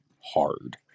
hard